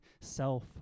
self